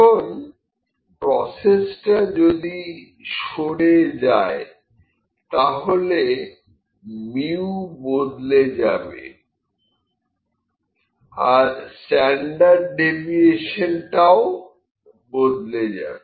এখন প্রসেস টা যদি সরে যায় তাহলে µ বদলে যাবে আর স্ট্যান্ডার্ড ডেভিয়েশন টাও বদলে যাবে